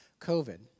covid